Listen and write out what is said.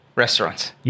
restaurants